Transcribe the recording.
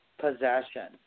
Possession